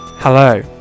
Hello